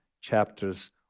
chapters